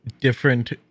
different